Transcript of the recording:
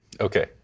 Okay